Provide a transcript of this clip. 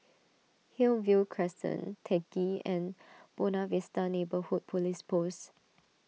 Hillview Crescent Teck Ghee and Buona Vista Neighbourhood Police Post